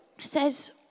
says